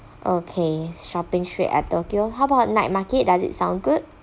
okay shopping street at tokyo how about night market does it sound good